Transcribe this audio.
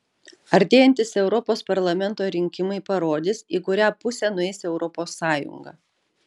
artėjantys europos parlamento rinkimai parodys į kurią pusę nueis europos sąjunga